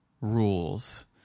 rules